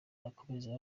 akomeza